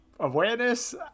awareness